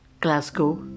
Glasgow